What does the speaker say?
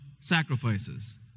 sacrifices